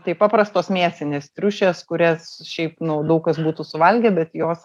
tai paprastos mėsinės triušės kurias šiaip nu daug kas būtų suvalgę bet jos